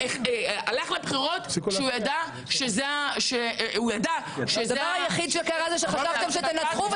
הלך לבחירות כשהוא ידע שזה --- הדבר היחיד שקרה הוא שחשבתם שתנצחו,